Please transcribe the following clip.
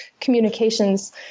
communications